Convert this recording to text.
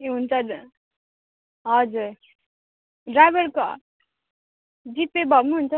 ए हुन्छ हजुर ड्राइभरको जिपे भए पनि हुन्छ